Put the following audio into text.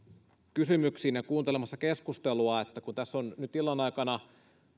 kysymyksiin ja kuuntelemassa keskustelua kun tässä on nyt illan aikana